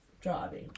driving